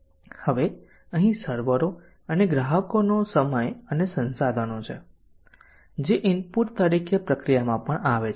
હવે અહીં સર્વરો અને ગ્રાહકોનો સમય અને સંસાધનો છે જે ઇનપુટ તરીકે પ્રક્રિયામાં પણ આવે છે